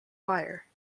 wire